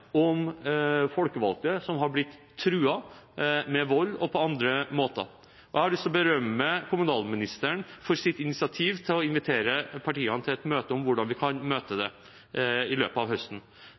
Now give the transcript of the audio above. om folkevalgte som har blitt truet med vold og på andre måter. Jeg har lyst til å berømme kommunalministeren for hennes initiativ til å invitere partiene til et møte om hvordan vi kan møte